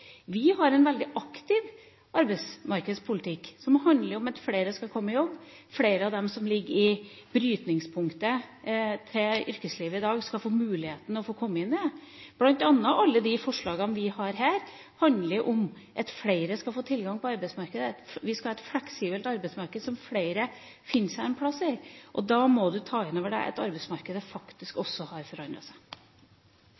Vi har en veldig aktiv arbeidsmarkedspolitikk, som handler om at flere skal komme i jobb, flere av dem som ligger i brytningspunktet til yrkeslivet i dag, skal få muligheten til å komme inn i det. Blant annet handler alle de forslagene vi har, om at flere skal få tilgang til arbeidsmarkedet. Vi skal ha et fleksibelt arbeidsmarked som flere finner seg en plass i, og da må du ta inn over deg at arbeidsmarkedet faktisk